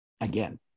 again